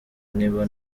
niba